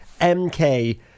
MK